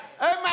Amen